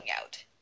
out